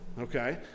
okay